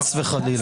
חס וחלילה.